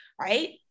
right